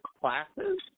classes